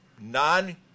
non